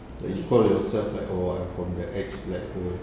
like you call yourself like oh what from the ex black hole